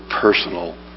personal